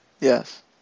Yes